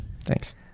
thanks